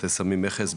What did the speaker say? סמי מכס,